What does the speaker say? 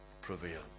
prevail